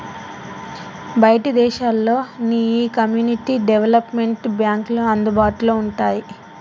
బయటి దేశాల్లో నీ ఈ కమ్యూనిటీ డెవలప్మెంట్ బాంక్లు అందుబాటులో వుంటాయి